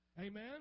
amen